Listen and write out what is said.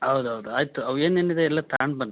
ಹೌದೌದು ಆಯಿತು ಅವು ಏನು ಏನಿದೆ ಎಲ್ಲ ತಗಂಡು ಬನ್ನಿರಿ